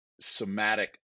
somatic